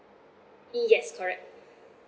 yes correct